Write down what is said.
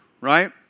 right